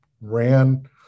ran